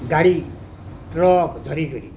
ଗାଡ଼ି ଟ୍ରକ୍ ଧରିିକରି